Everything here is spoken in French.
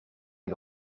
est